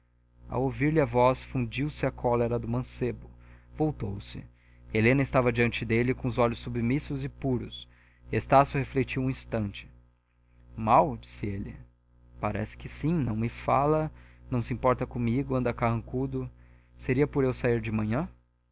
ao ouvir-lhe a voz fundiu se a cólera do mancebo voltou-se helena estava diante dele com os olhos submissos e puros estácio refletiu um instante mal disse ele parece que sim não me fala não se importa comigo anda carrancudo seria por eu sair de manhã